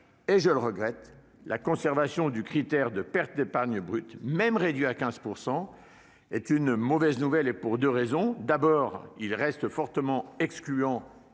et je le regrette -, la conservation du critère de perte d'épargne brute, même réduit à 15 %, est une mauvaise nouvelle pour deux raisons : d'une part, il est fortement excluant